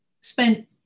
spent